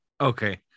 Okay